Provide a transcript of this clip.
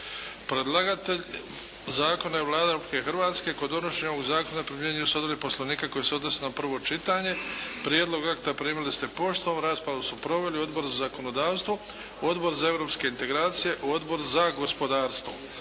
Predlagatelj zakona je Vlada Republike Hrvatske. Kod donošenje ovog zakona primjenjuju se odredbe Poslovnika koji se odnose na prvo čitanje. Prijedlog akta primili ste poštom. Raspravu su proveli Odbor za zakonodavstvo, Odbor za europske integracije, Odbor za gospodarstvo.